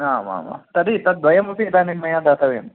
आमाम् तर्हि तद्वयमपि इदानीं मया दातव्यम्